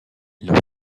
leur